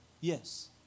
Yes